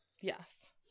Yes